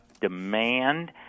demand